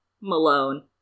Malone